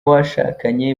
bashakanye